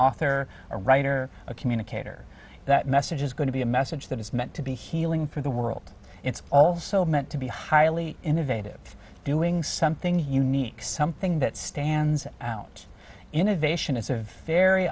author a writer a communicator that message is going to be a message that is meant to be healing for the world it's also meant to be highly innovative doing something unique something that stands out innovation is of very